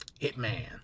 Hitman